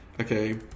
okay